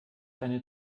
eine